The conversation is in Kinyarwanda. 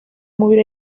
mubiri